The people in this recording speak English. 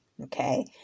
Okay